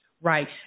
right